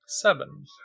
Seven